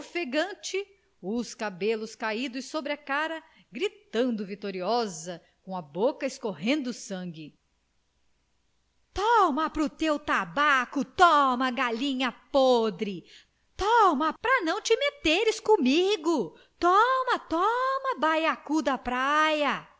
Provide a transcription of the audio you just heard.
ofegante os cabelos caldos sobre a cara gritando vitoriosa com a boca correndo sangue toma pro teu tabaco toma galinha podre toma pra não te meteres comigo toma toma baiacu da praia